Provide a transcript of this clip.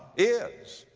is.